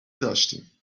داشتیم